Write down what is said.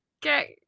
get